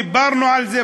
דיברנו על זה,